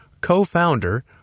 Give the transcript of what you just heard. Co-founder